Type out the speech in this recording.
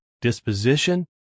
disposition